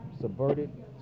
subverted